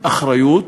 אחריות